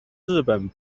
日本